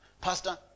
Pastor